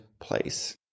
place